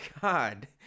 God